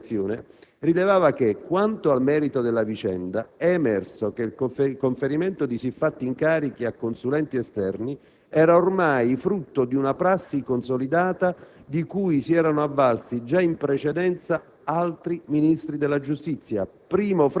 In particolare, il citato decreto di archiviazione rilevava che: «Quanto al merito della vicenda (...) è emerso che il conferimento di siffatti incarichi a consulenti esterni era ormai frutto di una prassi consolidata di cui si erano avvalsi già in precedenza altri